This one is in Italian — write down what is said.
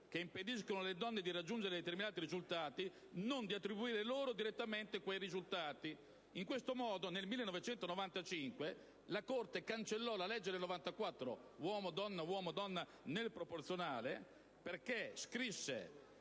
che impediscono alle donne di raggiungere determinati risultati, non di attribuire loro direttamente quei risultati. In questo modo, nel 1995, la Corte cancellò la legge del 1994 relativamente all'alternanza uomo/donna nel proporzionale perché, scrisse: